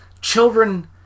children